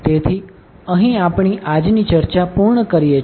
તેથી અહી આપણી આજની ચર્ચા પુર્ણ કરીએ છીએ